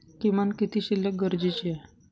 किमान किती शिल्लक गरजेची आहे?